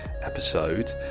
episode